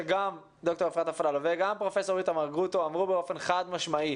שגם ד"ר אפרת אפללו וגם פרופ' איתמר גרוטו אמרו באופן חד משמעי,